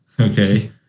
Okay